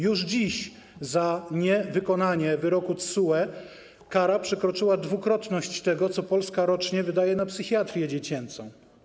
Już dziś kara za niewykonanie wyroku TSUE przekroczyła dwukrotność tego, co Polska rocznie wydaje na psychiatrię dziecięcą.